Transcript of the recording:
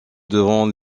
devant